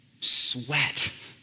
Sweat